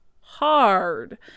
hard